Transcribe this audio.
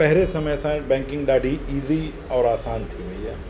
पहिरें समय सां बैंकिंग ॾाढी इज़ी और आसानु थी वेई आहे